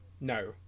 No